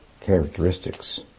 characteristics